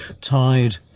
tied